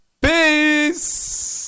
peace